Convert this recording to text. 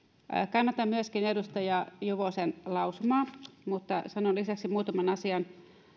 kannatan myöskin edustaja juvosen lausumaa mutta sanon lisäksi muutaman asian